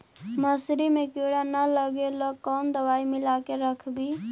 मसुरी मे किड़ा न लगे ल कोन दवाई मिला के रखबई?